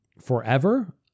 forever